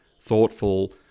thoughtful